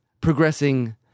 progressing